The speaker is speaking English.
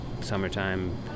summertime